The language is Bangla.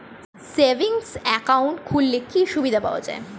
সেভিংস একাউন্ট খুললে কি সুবিধা পাওয়া যায়?